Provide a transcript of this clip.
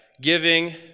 giving